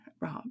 Rob